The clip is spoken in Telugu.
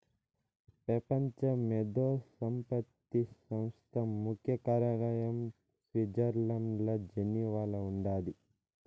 పెపంచ మేధో సంపత్తి సంస్థ ముఖ్య కార్యాలయం స్విట్జర్లండ్ల జెనీవాల ఉండాది